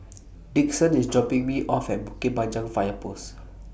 Dixon IS dropping Me off At Bukit Panjang Fire Post